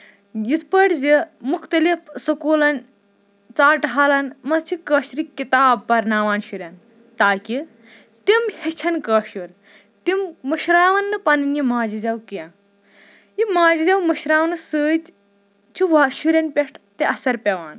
یِتھ پٲٹھۍ زِ مُختٔلِف سکوٗلن ژاٹحالن منٛز چھِ کٲشِرِ کِتاب پَرناوان شُرٮ۪ن تاکہِ تِم ہٮ۪چھن کٲشُر تِم مٔشراوان نہٕ پنٕنۍ یہِ ماجہِ زیو کیٚنٛہہ یہِ ماجہِ زیو مٔشراونہٕ سۭتۍ چھُ شُرٮ۪ن پٮ۪ٹھ تہِ اَثر پیوان